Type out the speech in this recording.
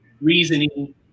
reasoning